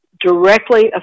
directly